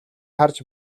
харж